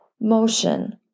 motion